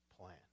plan